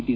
T